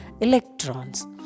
electrons